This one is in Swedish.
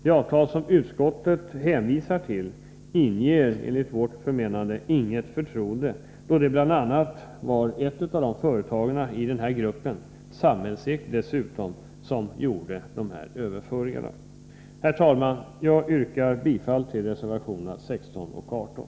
Det avtal som utskottet hänvisar till inger enligt vårt förmenande inget förtroende, då det bl.a. var ett företag i denna grupp — dessutom samhällsägt — som gjorde dessa överföringar. Herr talman! Jag yrkar bifall till reservationerna 16 och 18.